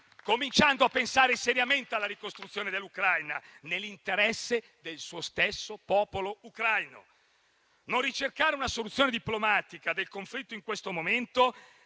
cominciando a pensare seriamente alla ricostruzione dell'Ucraina nell'interesse del suo stesso popolo ucraino. Non ricercare una soluzione diplomatica del conflitto in questo momento,